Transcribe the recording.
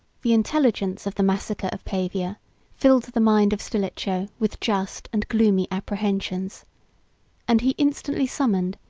the intelligence of the massacre of pavia filled the mind of stilicho with just and gloomy apprehensions and he instantly summoned,